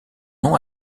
nom